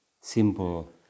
simple